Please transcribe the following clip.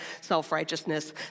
self-righteousness